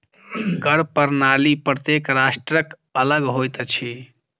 कर के प्रणाली प्रत्येक राष्ट्रक अलग होइत अछि